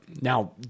Now